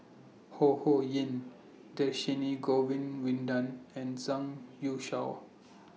Ho Ho Ying Dhershini Govin Winodan and Zhang Youshuo